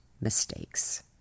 mistakes